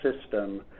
system